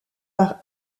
par